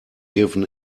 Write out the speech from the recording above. given